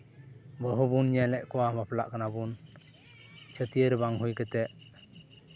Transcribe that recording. ᱵᱟᱹᱦᱩ ᱵᱚᱱ ᱧᱮᱞᱮᱫ ᱠᱚᱣᱟ ᱵᱟᱯᱞᱟᱜ ᱠᱟᱱᱟ ᱵᱚᱱ ᱪᱷᱟᱹᱴᱭᱟᱹᱨ ᱵᱟᱝ ᱦᱩᱭ ᱠᱟᱛᱮᱫ